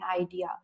idea